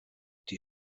die